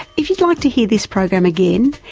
if you'd like to hear this program again,